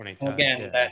Again